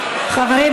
חברים,